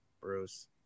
Bruce